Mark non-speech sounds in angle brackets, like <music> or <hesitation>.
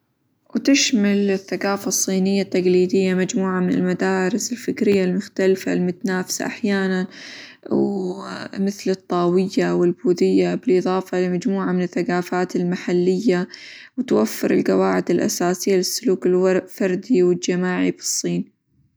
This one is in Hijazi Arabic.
وتشمل الثقافة الصينية التقليدية مجموعة من المدارس الفكرية المختلفة المتنافسة أحيانًا مثل:- <hesitation> الطاوية، والبوذية، بالإظافة لمجموعة من الثقافات المحلية، وتوفر القواعد الأساسية للسلوك -ال- الفردي والجماعي بالصين.